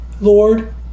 Lord